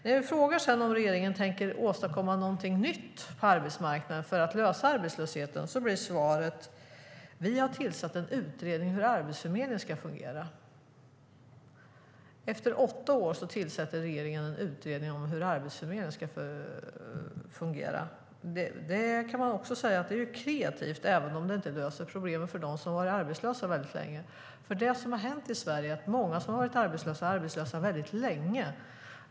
När jag frågar om regeringen tänker åstadkomma någonting nytt på arbetsmarknaden för att lösa arbetslösheten blir svaret: Vi har tillsatt en utredning om hur Arbetsförmedlingen ska fungera. Efter åtta år tillsätter regeringen en utredning om hur Arbetsförmedlingen ska fungera. Man kan säga att det är kreativt, även om det inte löser problemen för dem som varit arbetslösa väldigt länge. Många i Sverige som har varit arbetslösa har varit det väldigt länge.